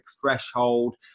threshold